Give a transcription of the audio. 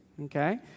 Okay